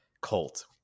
Colt